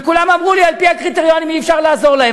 וכולם אמרו לי: על-פי הקריטריונים אי-אפשר לעזור להם,